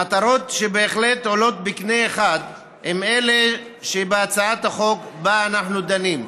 מטרות שבהחלט עולות בקנה אחד עם אלה שבהצעת החוק שבה אנחנו דנים.